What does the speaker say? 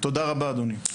תודה רבה אדוני.